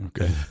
Okay